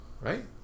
Right